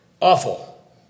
Awful